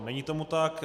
Není tomu tak.